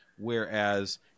Whereas